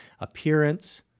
appearance